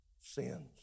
sins